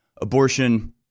abortion